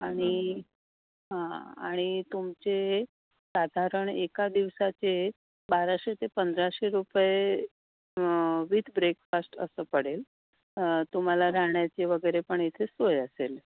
आणि हां आणि तुमचे साधारण एका दिवसाचे बाराशे ते पंधराशे रुपये विथ ब्रेकफास्ट असं पडेल तुम्हाला राहण्याचे वगैरे पण इथे सोय असेल